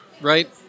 right